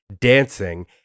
dancing